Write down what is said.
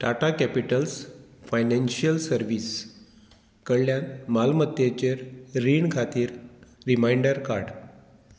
Tata capitals financial service कडल्यान मालमत्तेचेर रीण खातीर रिमांयडर काड